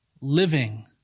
living